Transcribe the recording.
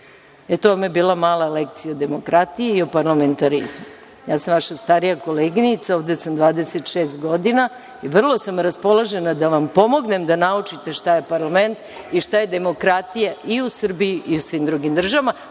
vam je bila mala lekcija o demokratiji i parlamentarizmu. Ja sam vaša starija koleginica, ovde sam 26 godina i vrlo sam raspoložena da vam pomognem da naučite šta je parlament i šta je demokratija i u Srbiji u svim drugim državama,